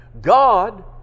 God